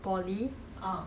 damn strong like they have been